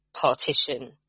partition